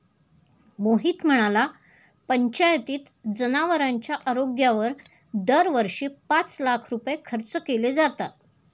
मोहित म्हणाला, पंचायतीत जनावरांच्या आरोग्यावर दरवर्षी पाच लाख रुपये खर्च केले जातात